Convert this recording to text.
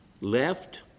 left